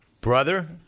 Brother